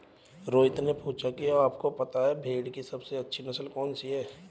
रोहित ने पूछा कि आप को पता है भेड़ की सबसे अच्छी नस्ल कौन सी होती है?